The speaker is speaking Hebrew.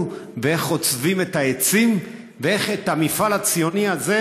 ואיך חוטבים את העצים ואיך את המפעל הציוני הזה,